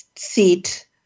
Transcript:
Seat